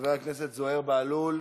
חבר הכנסת זוהיר בהלול,